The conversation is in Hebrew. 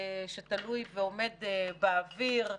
שתלוי ועומד באוויר,